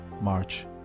March